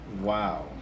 Wow